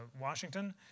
Washington